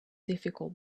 difficult